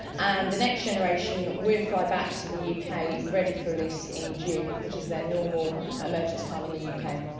and the next generation we'll fly back to the uk kind of ready for release in june, which is their normal emergence time in the uk.